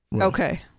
Okay